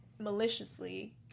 maliciously